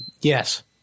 yes